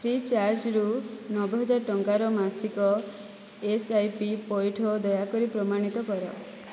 free ଚାର୍ଜ୍ରୁ ନବେ ହଜାର ଟଙ୍କାର ମାସିକ ଏସ୍ ଆଇ ପି ପୈଠ ଦୟାକରି ପ୍ରମାଣିତ କର